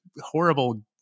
horrible